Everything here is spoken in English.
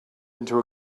into